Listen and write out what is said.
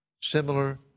similar